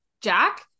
Jack